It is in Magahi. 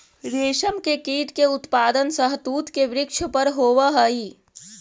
रेशम के कीट के उत्पादन शहतूत के वृक्ष पर होवऽ हई